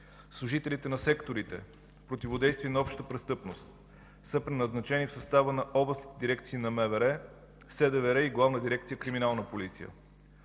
служителите на сектори „Противодействие на обща престъпност” са преназначени в състава на областните дирекции на МВР, СДВР и Главна дирекция „Криминална полиция”.